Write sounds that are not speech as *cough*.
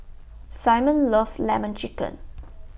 Simon loves Lemon Chicken *noise*